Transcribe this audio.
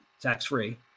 tax-free